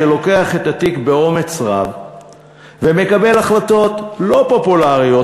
שלוקח את התיק באומץ רב ומקבל החלטות לא פופולריות,